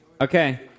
Okay